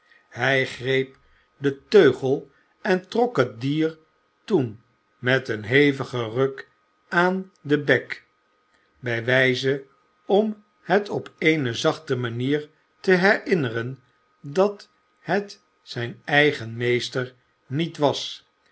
hij greep den teugel en trok het dier toen met een hevigen ruk aan den bek bij wijze om het op eene zachte manier te herinneren dat het zijn eigen meester niet was